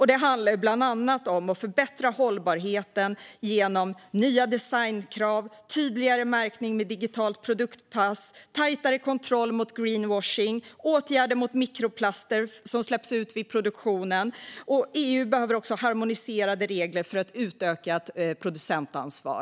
Det handlar bland annat om att förbättra hållbarheten genom nya designkrav, tydligare märkning med digitalt produktpass, hårdare kontroll mot greenwashing och åtgärder mot mikroplaster som släpps ut vid produktionen. EU behöver också harmoniserade regler för ett utökat producentansvar.